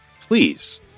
please